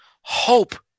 Hope